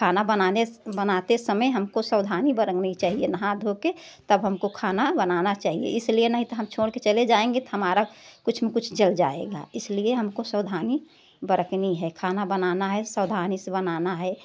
खाना बनाने बनाते समय हमको सवधानी बरतनी चाहिए नहा धो कर तब हमको खाना बनाना चाहिए इसलिए नहीं त हम छोंड़ कर चले जाएंगे हमारा कुछ ना कुछ जल जाएगा इसलिए ये हमको सवधानी बरतनी है खाना बनाना है सवधानी से बनाना है